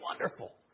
wonderful